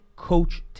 coach